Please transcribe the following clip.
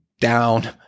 down